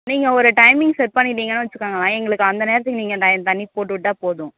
நீங்கள் ஒரு timing set பண்ணிக்கிட்டிங்கனு வச்சிக்கங்களேன் எங்களுக்கு அந்த நேரத்துக்கு நீங்கள் அந்த தண்ணி போட்டுவிட்டா போதும்